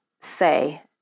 say